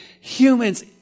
humans